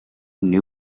new